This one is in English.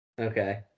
Okay